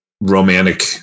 romantic